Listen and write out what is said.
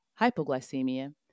hypoglycemia